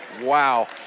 Wow